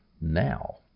now